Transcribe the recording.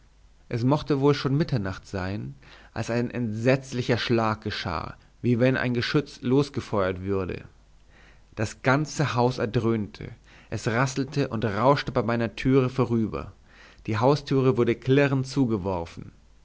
es mochte wohl schon mitternacht sein als ein entsetzlicher schlag geschah wie wenn ein geschütz losgefeuert würde das ganze haus erdröhnte es rasselte und rauschte bei meiner türe vorüber die haustüre wurde klirrend zugeworfen